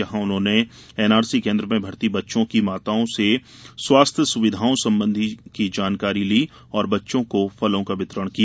यहां उन्होंने एनआरसी केन्द्र में भर्ती बच्चों की माताओं से स्वास्थ्य सुविधाओं संबंधी जानकारी ली और बच्चों को फलों का वितरण किया